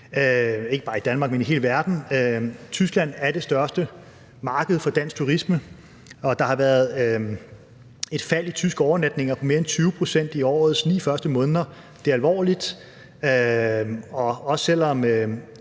ikke bare i Danmark, men i hele verden. Tyskland er det største marked for dansk turisme, og der har været et fald på mere end 20 pct. i tyske overnatninger i årets første 9 måneder, og det er alvorligt, også selv om